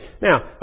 Now